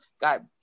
Got